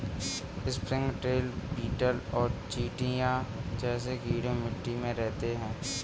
springtail, beetle और चींटियां जैसे कीड़े मिट्टी में रहते हैं